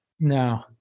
No